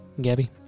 Gabby